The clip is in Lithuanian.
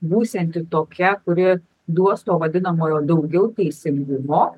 būsianti tokia kuri duos to vadinamojo daugiau teisingumo